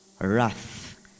wrath